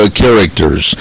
characters